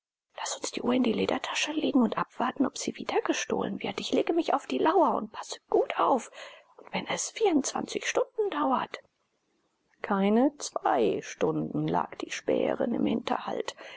laßt uns die uhr in die ledertasche legen und abwarten ob sie wieder gestohlen wird ich lege mich auf die lauer und passe gut auf und wenn es vierundzwanzig stunden dauert keine zwei stunden lag die späherin im hinterhalt